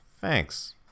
thanks